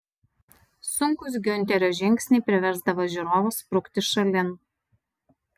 sunkūs giunterio žingsniai priversdavo žiūrovus sprukti šalin